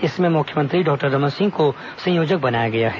इसमें मुख्यमंत्री डॉक्टर रमन सिंह को संयोजक बनाया गया है